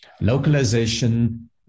localization